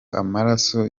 amaraso